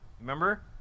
Remember